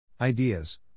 Ideas